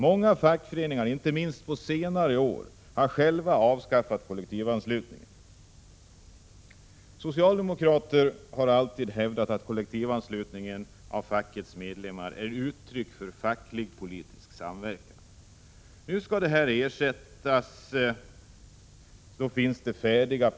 Många fackföreningar har — inte minst under senare år — själva avskaffat kollektivanslutningen. Socialdemokraterna har alltid hävdat att kollektivanslutning av fackets medlemmar är ett uttryck för facklig-politisk samverkan. Nu skall den ersättas med något annat.